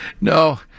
No